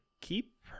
Keep